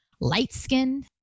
light-skinned